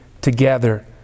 together